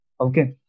Okay